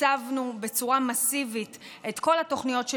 תקצבנו בצורה מסיבית את כל התוכניות של